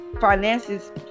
finances